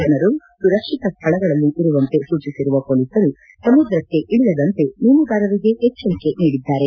ಜನರು ಸುರಕ್ಷಿತ ಸ್ಥಳಗಳಲ್ಲಿ ಇರುವಂತೆ ಸೂಚಿಸಿರುವ ಮೊಲೀಸರು ಸಮುದ್ರಕ್ಕೆ ಇಳಿಯದಂತೆ ಮೀನುಗಾರರಿಗೆ ಎಚ್ಚರಿಕೆ ನೀಡಿದ್ದಾರೆ